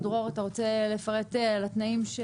דרור, אתה רוצה לפרט על התנאים?